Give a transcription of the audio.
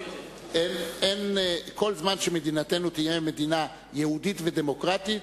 כל זמן שמדינתנו תהיה מדינה יהודית ודמוקרטית,